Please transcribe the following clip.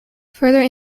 further